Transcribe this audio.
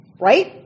right